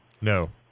no